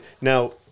Now